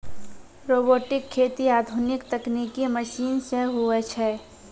robotic खेती आधुनिक तकनिकी मशीन से हुवै छै